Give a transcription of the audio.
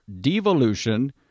Devolution